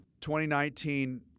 2019